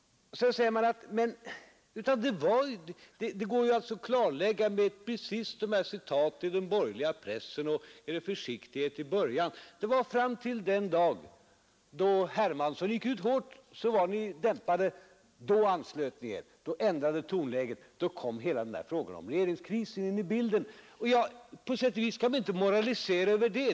Det går alltså att klarlägga med de här citaten hur den borgerliga pressen och ni var försiktiga i början. Fram till den dag då herr Hermansson gick ut hårt var ni dämpade. Då anslöt ni er. Då ändrades tonläget. Då kom hela den där frågan om regeringskrisen in i bilden. På sätt och vis kan man inte moralisera över det.